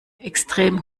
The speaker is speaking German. extrem